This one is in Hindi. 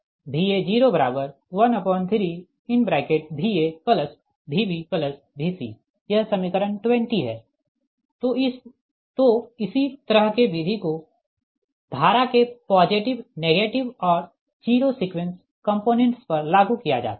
तो इसी तरह के विधि को धारा के पॉजिटिव नेगेटिव और जीरो सीक्वेंस कंपोनेंट्स पर लागू किया जाता है